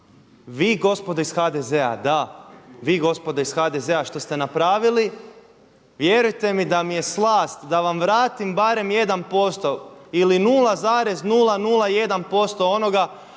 vi gospodo iz HDZ-a, da vi gospodo iz HDZ-a što ste napravili. Vjerujte mi da mi je slast da vam vratim barem jedan posto ili 0,001% onoga